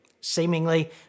seemingly